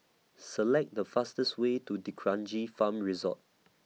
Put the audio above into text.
Select The fastest Way to D'Kranji Farm Resort